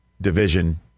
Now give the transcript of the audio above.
division